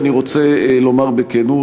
אני רוצה לומר בכנות,